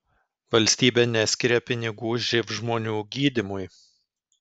valstybė neskiria pinigų živ žmonių gydymui